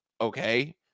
okay